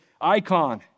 icon